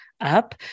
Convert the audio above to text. up